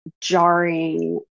jarring